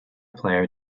player